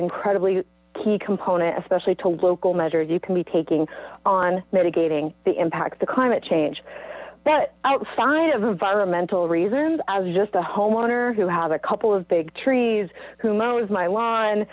incredibly key component especially local measures you can be taking on mitigating the impacts to climate change but outside of environmental reasons you're just a homeowner who have a couple of big trees who knows my l